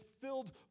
filled